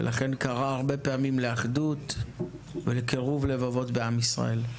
ולכן קרא פעמים רבות לאחדות ולקירוב לבבות בעם ישראל.